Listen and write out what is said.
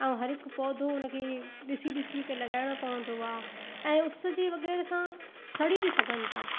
ऐं हर हिकु पौधो उन खे ॾिसी ॾिसी के लॻाइणो पवंदो आहे ऐं उसु जी वग़ैरह सां सड़ी बि सघनि था